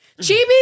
Chibi